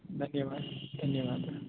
धन्यवाद धन्यवाद